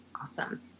awesome